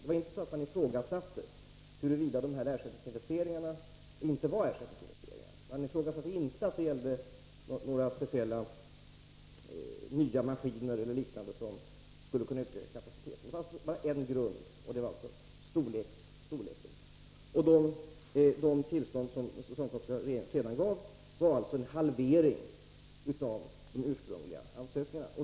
Det var inte så att man ifrågasatte huruvida det handlade om ersättningsinvesteringar. Man ifrågasatte inte om det gällde några nya maskiner eller liknande som skulle kunna öka kapaciteten. Avslaget baserades på en grund, och det var investeringarnas storlek. De tillstånd som den socialdemokratiska regeringen gav gällde en halvering av investeringarna enligt de ursprungliga ansökningarna.